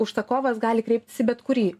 užsakovas gali kreiptis į bet kurį